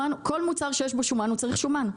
כל מוצר שיש בו שומן צריך שומן.